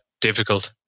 difficult